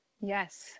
yes